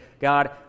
God